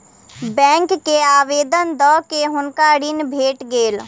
bank के आवेदन दअ के हुनका ऋण भेट गेल